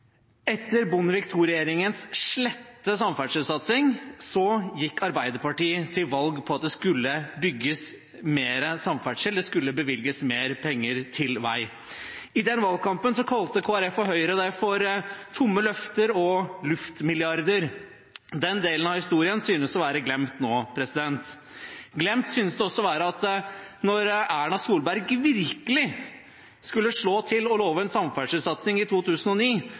Etter Bondevik II-regjeringens slette samferdselssatsing gikk Arbeiderpartiet til valg på at det skulle bygges mer samferdsel, det skulle bevilges mer penger til vei. I den valgkampen kalte Kristelig Folkeparti og Høyre det for «tomme løfter» og «luftmilliarder». Den delen av historien synes å være glemt nå. Glemt synes det også å være at når Erna Solberg virkelig skulle slå til og love en samferdselssatsing i 2009,